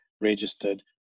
registered